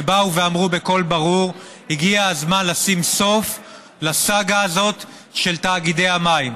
שבאו ואמרו בקול ברור: הגיע הזמן לשים סוף לסאגה הזאת של תאגידי המים.